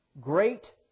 Great